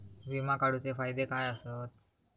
विमा काढूचे फायदे काय आसत?